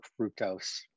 fructose